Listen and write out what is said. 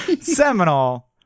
seminal